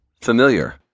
familiar